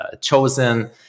chosen